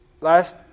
Last